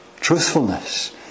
Truthfulness